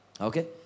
Okay